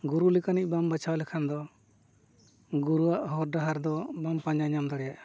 ᱜᱩᱨᱩ ᱞᱮᱠᱟᱱᱤᱡ ᱵᱟᱢ ᱵᱟᱪᱷᱟᱣ ᱞᱮᱠᱷᱟᱱ ᱫᱚ ᱜᱩᱨᱩᱣᱟᱜ ᱦᱚᱨ ᱰᱟᱦᱟᱨ ᱫᱚ ᱵᱟᱢ ᱯᱟᱸᱡᱟ ᱧᱟᱢ ᱫᱟᱲᱮᱭᱟᱜᱼᱟ